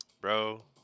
Bro